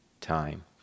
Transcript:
time